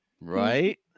Right